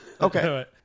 Okay